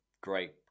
great